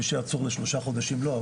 מי שעצור לשלושה חודשים לא,